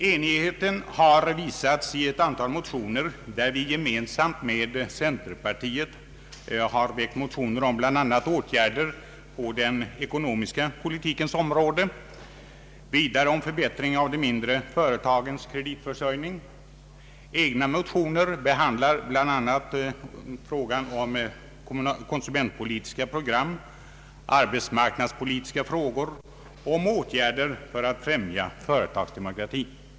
Enigheten har visats i ett antal motioner, där vi gemensamt med centerpartiet föreslagit bl.a. åtgärder på den ekonomiska politikens område och vidare förbättring av de mindre företagens kreditförsörjning. Vi har därtill egna motioner som behandlar bl.a. frågan om konsumentpolitiska program, arbetsmarknadspolitiska frågor och åtgärder för att främja företagsdemokrati.